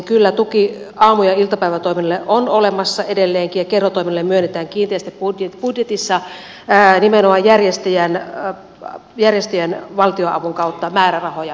kyllä tuki aamu ja iltapäivätoiminnalle on olemassa edelleenkin ja kerhotoiminnalle myönnetään kiinteästi budjetissa nimenomaan järjestöjen valtionavun kautta määrärahoja kerhotoiminnalle